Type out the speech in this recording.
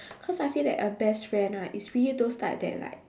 cause I feel that a best friend right is really those like that like